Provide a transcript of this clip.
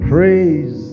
Praise